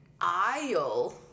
aisle